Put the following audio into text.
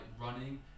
running